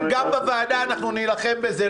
גם בוועדה אנחנו נילחם בזה,